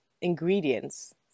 ingredients